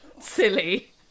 silly